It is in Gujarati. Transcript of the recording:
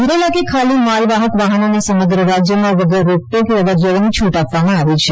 ભરેલા કે ખાલી માલવાહક વાહનોને સમગ્ર રાજ્યમાં વગર રોકટોકે અવરજવરની છૂટ આપવામાં આવી છે